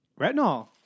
Retinol